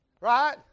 right